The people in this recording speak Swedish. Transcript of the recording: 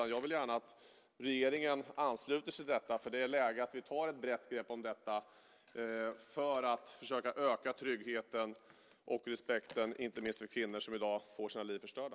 Jag vill gärna att regeringen ansluter sig till den. Det är läge att vi tar ett brett grepp om detta för att försöka öka tryggheten och respekten inte minst för kvinnor som i dag får sina liv förstörda.